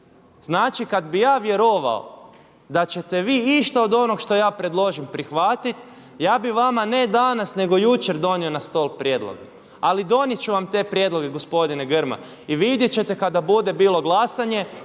Znači kad bih ja vjerovao da ćete vi išta od onog što ja predložim prihvatit ja bih vama ne danas nego jučer donio na stol prijedlog. Ali donijet ću vam te prijedloge gospodine Grmoja i vidjet ćete kada bude bilo glasanje